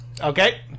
Okay